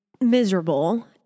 miserable